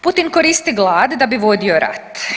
Putin koristi glad da bi vodio rat.